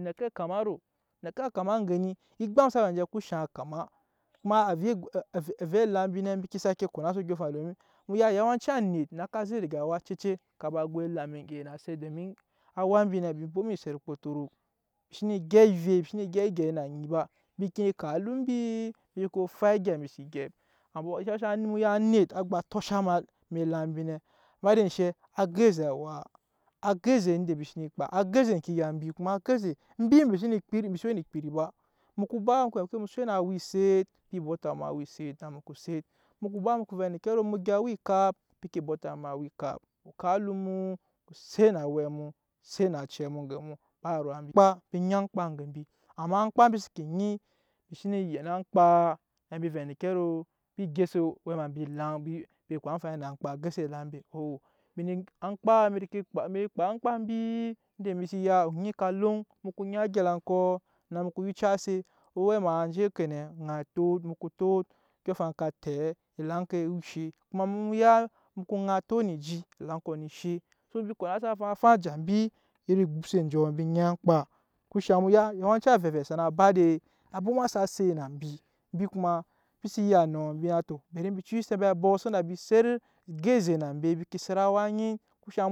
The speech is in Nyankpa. Nɛke a kama ro nɛke a kama aŋge ni egbam sa we na nje eŋke a kama kuma avɛ elam mbi nɛ mbi sake konase odyɔŋ afaŋ domin mu ya yawanci anet naka zek dage awa acece ka ba goi elam edei na set domin awa mbi nɛ embi bwoma eset okpotoro embi xsenee gyɛp evwei embi xsene gyɛp egyɛi na anyi ba embi ke kap alum mbi mbi ko fai egya embi se gyɛp eŋke mu y anet á gba á tosha eme elam mbi nɛ emada enshɛ á go eze awaa á go eze yanda mbi sene kpa á go eze eŋke egya mbi kuma embi se we ne ekpiri ba mu ko ba kpe bete mu xso we na awa eset mbi bɔta mu awa eset nu set mu ko ba vɛ endeke ro mu gyɛp awa ekap mbi ke bɔta mu awa ekap o kap alum mu set na awɛ mu set na acɛ mu eŋge mu ba ruwa, aŋmkpa embi nyi aŋmkpa age mbi amma aŋmkpa mbi seke nyi mbi xsenee yɛn aŋmkpa vɛ endeke ro embi gose owɛma mbi elaŋ mbi kpa amfani na aŋmkpa gose eaŋ ba oo embi ne ke kpa aŋmkpa mbi inda mbi se ya oŋei ka loŋ mu ko nyi aga elaŋkɔ na mu ko yucase owɛma aga elaŋ enje ke nɛ ŋai tot odyɔŋ afaŋ ka tɛɛ elaŋkɔ woo she kuma mu mu ya mu ko ŋai tot ne eji elaŋkɔ ne she embi konase afaŋ afaŋ a ja mbi ogbose enjɔ mbi nyi aŋmkpa eŋke shaŋ mu ya yawanci avɛ vɛ sana ba edei á bwoma sa set na mbi embi kuma embi se ya enɔ embi na tɔ bari mbi cucuse mbe abɔk so that embi set embi go eze na mbe mbi ke set awa anyi eŋke shaŋ